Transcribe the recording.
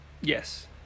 Yes